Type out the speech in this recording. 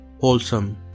wholesome